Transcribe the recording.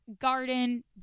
garden